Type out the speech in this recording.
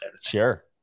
Sure